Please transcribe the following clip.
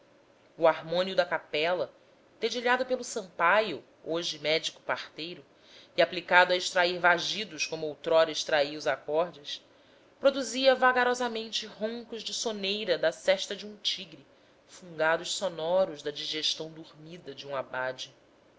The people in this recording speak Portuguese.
o harmônio da capela dedilhado pelo sampaio hoje médico parteiro e aplicado a extrair vagidos como outrora extraía os acordes produzia vagarosamente roncos de soneira da sesta de um tigre fungados sonoros da digestão dormida de um abade